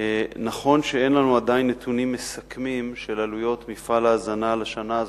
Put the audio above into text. נכון שאין לנו עדיין נתונים מסכמים של עלויות מפעל ההזנה לשנה הזאת,